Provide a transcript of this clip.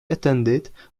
attended